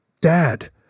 Dad